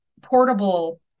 portable